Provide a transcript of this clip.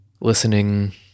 Listening